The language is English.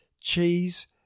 cheese